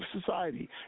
society